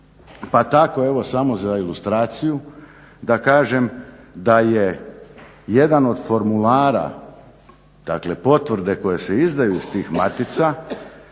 Pa tako evo samo za ilustraciju da kažem da je jedan od formulara dakle potvrde koje se izdaju iz tih matica